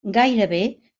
gairebé